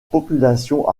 population